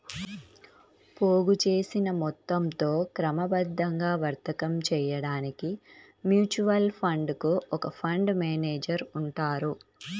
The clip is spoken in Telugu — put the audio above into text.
పోగుచేసిన మొత్తంతో క్రమబద్ధంగా వర్తకం చేయడానికి మ్యూచువల్ ఫండ్ కు ఒక ఫండ్ మేనేజర్ ఉంటారు